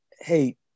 Hey